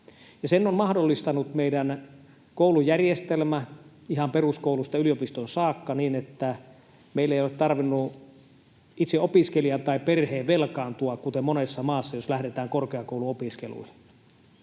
Sen on mahdollistanut meidän koulujärjestelmä ihan peruskoulusta yliopistoon saakka, niin että meillä ei ole tarvinnut itse opiskelijan tai perheen velkaantua, kuten monessa maassa, jos lähdetään korkeakouluopiskeluun.